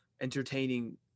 entertaining